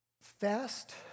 Fast